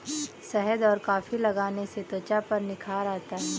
शहद और कॉफी लगाने से त्वचा पर निखार आता है